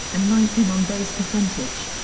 and ninth in on-base percentage.